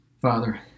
Father